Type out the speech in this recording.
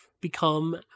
become